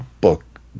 book